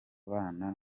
bana